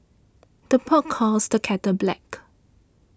the pot calls the kettle black